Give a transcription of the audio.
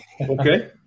Okay